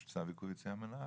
יש לך צו עיכוב יציאה מן הארץ.